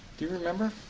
do you remember?